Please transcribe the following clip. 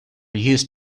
used